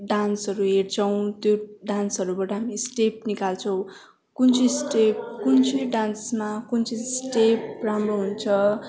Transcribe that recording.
डान्सहरू हेर्छौँ त्यो डान्सहरूबाट हामी स्टेप निकाल्छौँ कुन चाहिँ स्टेप कुन चाहिँ डान्समा कुन चाहिँ स्टेप राम्रो हुन्छ